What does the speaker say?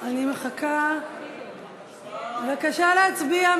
בבקשה להצביע.